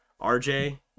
RJ